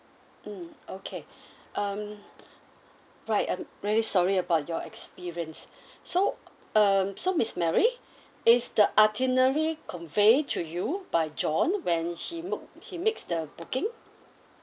mm okay um right I'm really sorry about your experience so um so miss mary is the itinerary convey to you by john when he booked he makes the booking